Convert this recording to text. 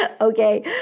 Okay